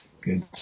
Good